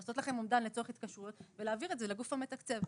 לעשות לכם אומדן לצורך התקשרות ולהעביר את זה לגוף המתקצב.